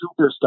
superstar